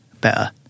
Better